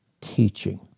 teaching